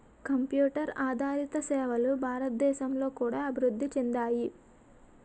computer ఆదారిత సేవలు భారతదేశంలో కూడా అభివృద్ధి చెందాయి